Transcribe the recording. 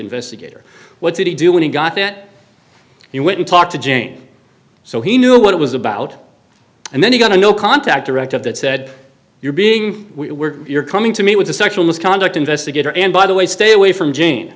investigator what did he do when he got that he wouldn't talk to jane so he knew what it was about and then he got a no contact directive that said you're being you're coming to me with a sexual misconduct investigator and by the way stay away from jan